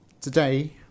today